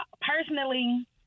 personally